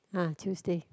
uh Tuesday